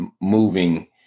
moving